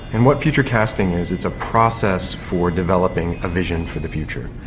and what future-casting is, it's a process for developing a vision for the future,